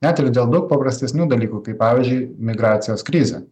net ir dėl daug paprastesnių dalykų kaip pavyzdžiui migracijos krizė